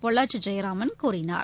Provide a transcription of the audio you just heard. பொள்ளாச்சி ஜெயராமன் கூறினார்